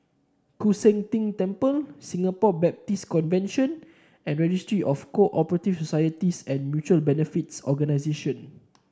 Koon Seng Ting Temple Singapore Baptist Convention and Registry of Co operative Societies and Mutual Benefits Organisation